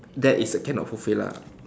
that is uh cannot fulfill lah